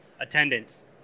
attendance